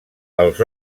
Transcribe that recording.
els